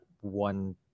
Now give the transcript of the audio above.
one